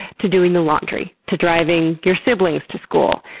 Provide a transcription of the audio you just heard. to doing the laundry, to driving your siblings to school.